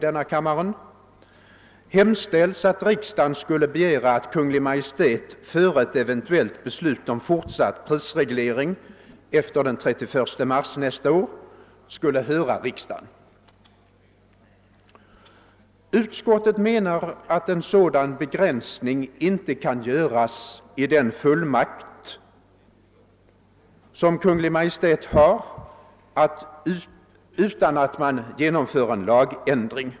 Utskottet menar att en sådan begränsning inte kan göras i den fullmakt, som Kungl. Maj:t nu har, utan att man genomför en lagändring.